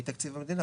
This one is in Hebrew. מתקציב המדינה.